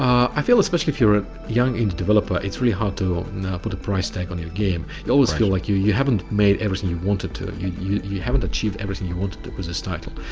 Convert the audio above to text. i feel especially if you're a young and developer it's really hard to put a price tag on your game. you always feel like you you haven't made everything you wanted to. you you haven't achieved everything you wanted to with this title.